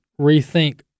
rethink